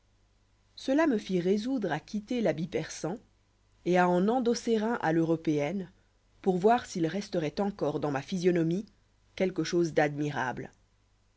cela me fit résoudre à quitter l'habit persan et à en endosser un à l'européenne pour voir s'il resteroit encore dans ma physionomie quelque chose d'admirable